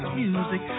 music